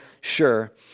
sure